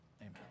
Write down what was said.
amen